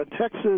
Texas